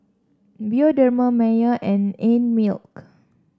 Bioderma Mayer and Einmilk